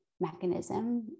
mechanism